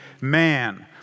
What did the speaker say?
man